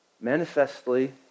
manifestly